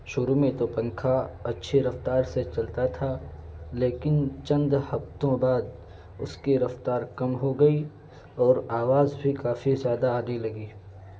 شروع میں تو پنکھا اچھی رفتار سے چلتا تھا لیکن چند ہفتوں بعد اس کی رفتار کم ہو گئی اور آواز بھی کافی زیادہ آتی لگی